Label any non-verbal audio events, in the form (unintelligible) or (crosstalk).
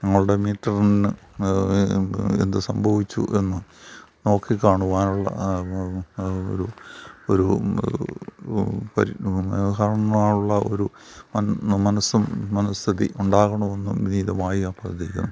ഞങ്ങളുടെ മീറ്ററിന് എന്ത് സംഭവിച്ചു എന്ന് നോക്കിക്കാണുവാനുള്ള ഒരു ഒരു ഒരു (unintelligible) ഒരു മനസ്സും മനസ്ഥിതി ഉണ്ടാകണമെന്നും വിനീതമായി അഭ്യർത്ഥിക്കുന്നു